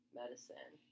medicine